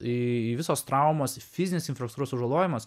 į visos traumos fizinis infrastruktūros sužalojimas